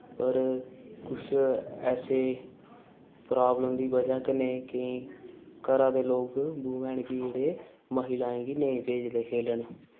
पर कुछ ऐसे प्राब्लम दी बज़ह कन्नै केईं घरा दे लोक बूमैन गी जेह्ड़े महिलाएं गी नेईं भेजदे खेलन